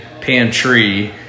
pantry